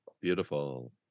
Beautiful